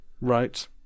right